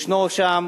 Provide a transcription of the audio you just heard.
יש שם